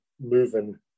moving